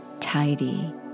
tidy